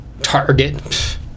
Target